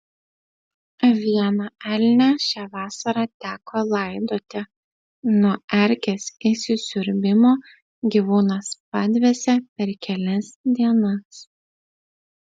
vieną elnią šią vasarą teko laidoti nuo erkės įsisiurbimo gyvūnas padvėsė per kelias dienas